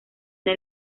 una